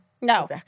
No